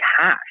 cash